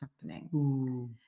happening